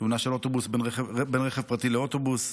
תאונה בין רכב פרטי לאוטובוס,